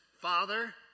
Father